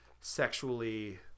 sexually –